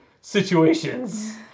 situations